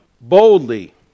boldly